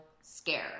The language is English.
scare